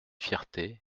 fierté